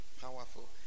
Powerful